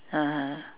(uh huh)